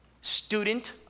student